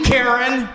Karen